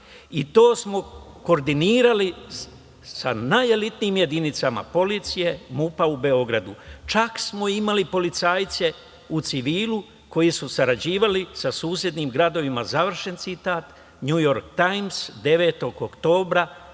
i to smo koordinirali sa najelitnijim jedinicama policije MUP-a u Beogradu. Čak smo imali policajce u civilu koji su sarađivali sa susednim gradovima. Završen citat, „Njujork tajms“ 9. oktobra